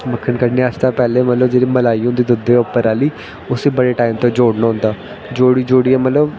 मक्खन कड्डने आस्तै पैह्लें मतलब जेह्ड़ी मलाई होंदी दुद्धै दे उप्पर आह्ली उसी बड़े टाइम ते जोड़ना होंदा जोड़ी जोड़ियै मतलब